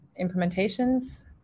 implementations